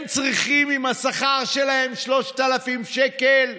הם צריכים עם השכר שלהם 3,000 שקל?